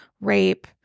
rape